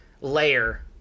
layer